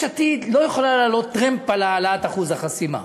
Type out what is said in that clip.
יש עתיד לא יכולה לעלות טרמפ על העלאת אחוז החסימה.